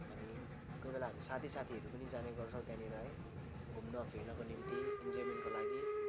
हामी कोहीबेला हामी साथी साथीहरू पनि जाने गर्छौँ त्यहाँनिर है घुम्न फिर्नको निम्ति इन्जयमेन्टको लागि